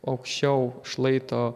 aukščiau šlaito